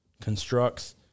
constructs